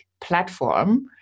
platform